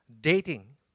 dating